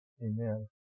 Amen